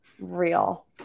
real